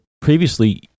previously